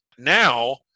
Now